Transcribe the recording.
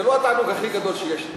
זה לא התענוג הכי גדול שיש לי,